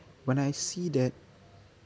when I see that